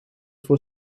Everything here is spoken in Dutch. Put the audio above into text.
voor